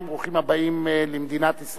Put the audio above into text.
ברוכים הבאים למדינת ישראל.